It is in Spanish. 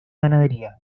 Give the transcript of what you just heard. ganadería